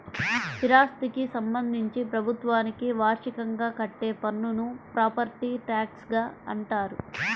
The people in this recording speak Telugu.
స్థిరాస్థికి సంబంధించి ప్రభుత్వానికి వార్షికంగా కట్టే పన్నును ప్రాపర్టీ ట్యాక్స్గా అంటారు